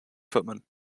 footman